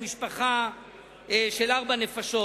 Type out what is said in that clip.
אירופה ואחרים,